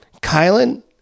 Kylan